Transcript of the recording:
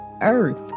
earth